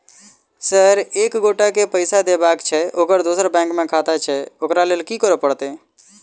Sir एक एगोटा केँ पैसा देबाक छैय ओकर दोसर बैंक मे खाता छैय ओकरा लैल की करपरतैय?